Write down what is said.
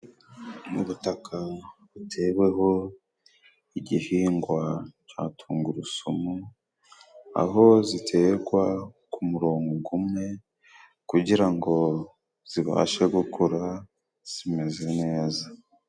Mu butaka buteweho igihingwa ca tungurusumu, aho zitegwa ku murongo umwe, kugira ngo zibashe gukura zimeze neza.